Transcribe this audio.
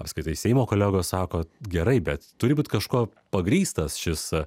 apskritai seimo kolegos sako gerai bet turi būt kažkuo pagrįstas šis